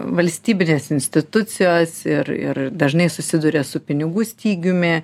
valstybinės institucijos ir ir dažnai susiduria su pinigų stygiumi